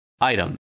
item